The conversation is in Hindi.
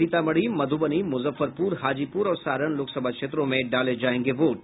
सीतामढ़ी मधुबनी मुजफ्फरपुर हाजीपुर और सारण लोकसभा क्षेत्रों में डाले जायेंगे वोट